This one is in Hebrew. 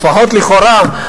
לפחות לכאורה,